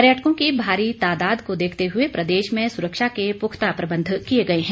पर्यटकों की भारी तादाद को देखते हुए प्रदेश में सुरक्षा के पुख्ता प्रबंध किए गए हैं